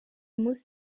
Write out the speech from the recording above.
munsi